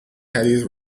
caddies